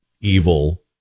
evil